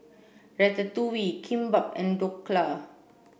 Ratatouille Kimbap and Dhokla